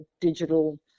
digital